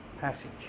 passage